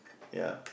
ya